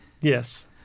Yes